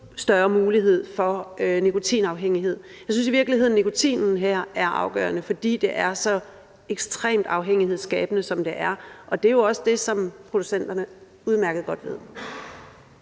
større mulighed for nikotinafhængighed. Jeg synes i virkeligheden, nikotinen her er afgørende, fordi det er så ekstremt afhængighedsskabende, som det er, og det er jo også det, som producenterne udmærket godt ved.